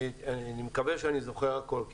אני מקווה שאני זוכר הכל.